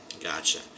Gotcha